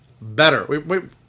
better